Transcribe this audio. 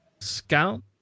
scout